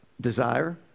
desire